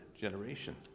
generation